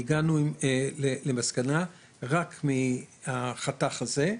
והגענו למסקנה, רק מהחתך הזה,